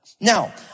Now